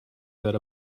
that